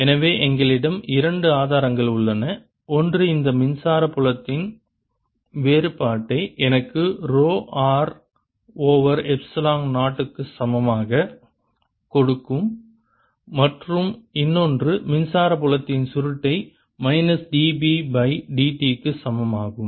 எனவே எங்களிடம் இரண்டு ஆதாரங்கள் உள்ளன ஒன்று இந்த மின்சாரத் புலத்தின் வேறுபாட்டை எனக்குக் ரோ r ஓவர் எப்சிலோன் 0 க்கு சமமாக கொடுக்கும் மற்றும் இன்னொன்று மின்சாரத் புலத்தின் சுருட்டை மைனஸ் dB பை dt சமமாகும்